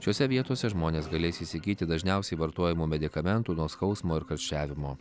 šiose vietose žmonės galės įsigyti dažniausiai vartojamų medikamentų nuo skausmo ir karščiavimo